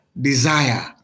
desire